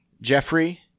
Jeffrey